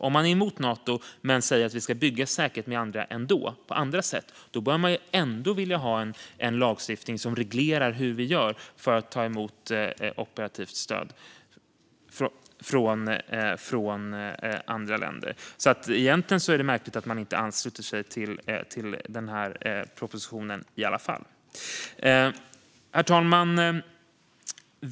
Om man är emot Nato men säger att vi ändå ska bygga säkerhet med andra och på andra sätt behöver man ändå en lagstiftning som reglerar hur vi gör för att ta emot operativt stöd från andra länder. Det är alltså märkligt att man inte ansluter sig till propositionen. Herr talman!